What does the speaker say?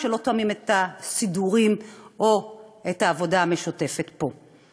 שלא תואמים את הסידורים או את העבודה המשותפת פה.